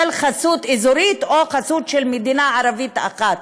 חסות אזורית או חסות של מדינה ערבית אחת.